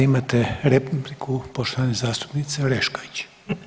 Imate repliku poštovane zastupnice Orešković.